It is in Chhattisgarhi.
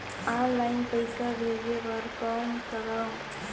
ऑनलाइन पईसा भेजे बर कौन करव?